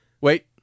Wait